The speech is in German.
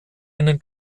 einen